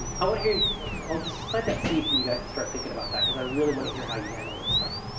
i want to hear so but i'll just plant that seed for you guys to start thinking about that because i really want to hear how you handle this stuff.